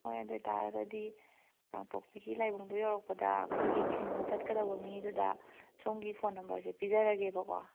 ꯍꯣꯏ ꯑꯗꯨ ꯑꯣꯏꯇꯥꯔꯒꯗꯤ ꯀꯥꯡꯄꯣꯛꯄꯤꯒꯤ ꯂꯥꯏꯕꯨꯡꯗꯣ ꯌꯧꯔꯛꯄꯗ ꯑꯩꯈꯣꯏꯒꯤ ꯊꯤꯟꯕ ꯆꯠꯀꯗꯧꯕ ꯃꯤꯗꯨꯗ ꯁꯣꯝꯒꯤ ꯐꯣꯟ ꯅꯝꯕꯔꯁꯦ ꯄꯤꯖꯔꯒꯦꯕꯀꯣ